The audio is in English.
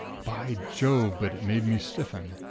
by jove! but it made me stiffen.